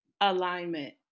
alignment